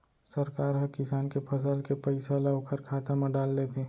सरकार ह किसान के फसल के पइसा ल ओखर खाता म डाल देथे